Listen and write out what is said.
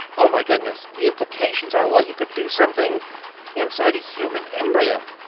oh, my goodness. the implications are, well, you could do something inside a human embryo,